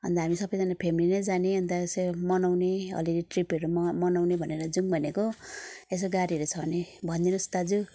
अन्त हामी सबैजना फ्यामिली नै जाने अन्त त्यहाँ चाहिँ मनाउने अलिकति ट्रिपहरू मनाउने भनेर जाऊँ भनेको यसो गाडीहरू छ भने भनिदिनु होस् दाजु